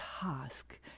task